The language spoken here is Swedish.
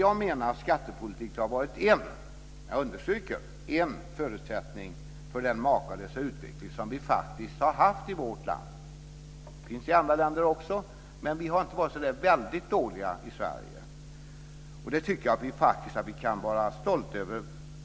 Jag menar att skattepolitiken har varit en förutsättning för den makalösa utveckling som vi har haft i vårt land. Det finns en sådan utveckling i andra länder också, men vi har inte varit så väldigt dåliga i Sverige, och det tycker jag att vi alla kan vara stolta över.